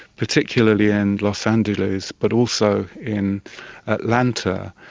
particularly in los angeles but also in atlanta,